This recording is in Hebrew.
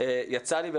יצא לי,